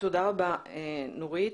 תודה רבה, נורית.